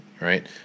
right